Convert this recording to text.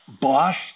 boss